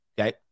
okay